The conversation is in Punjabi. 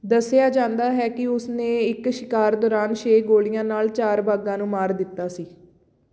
ਦੱਸਿਆ ਜਾਂਦਾ ਹੈ ਕਿ ਉਸ ਨੇ ਇੱਕ ਸ਼ਿਕਾਰ ਦੌਰਾਨ ਛੇ ਗੋਲੀਆਂ ਨਾਲ ਚਾਰ ਬਾਘਾਂ ਨੂੰ ਮਾਰ ਦਿੱਤਾ ਸੀ